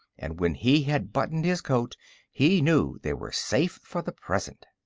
and when he had buttoned his coat he knew they were safe for the present.